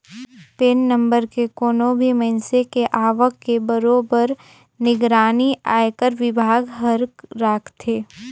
PAN number ले कोनो भी मइनसे के आवक के बरोबर निगरानी आयकर विभाग हर राखथे